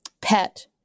pet